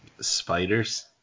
Spiders